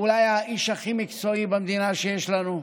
אולי האיש הכי מקצועי שיש לנו במדינה,